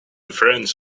friends